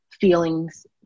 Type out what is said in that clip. feelings